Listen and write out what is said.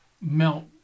melt